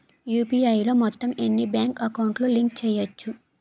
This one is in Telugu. యు.పి.ఐ లో మొత్తం ఎన్ని బ్యాంక్ అకౌంట్ లు లింక్ చేయచ్చు?